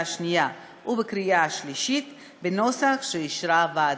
השנייה ובקריאה השלישית בנוסח שאישרה הוועדה.